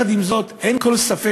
עם זאת, אין כל ספק